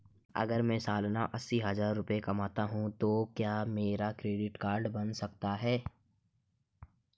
अगर मैं सालाना अस्सी हज़ार रुपये कमाता हूं तो क्या मेरा क्रेडिट कार्ड बन सकता है?